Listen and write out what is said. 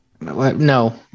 No